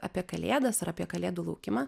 apie kalėdas ar apie kalėdų laukimą